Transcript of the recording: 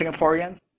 Singaporeans